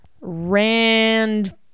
Rand